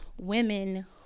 women